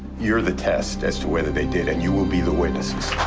you're the test as to whether they did, and you will be the witnesses.